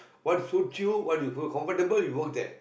what suit you what you feel comfortable you work there